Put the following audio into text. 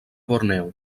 borneo